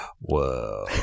Whoa